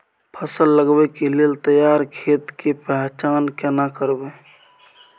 फसल लगबै के लेल तैयार खेत के पहचान केना करबै?